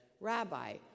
Rabbi